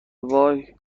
وای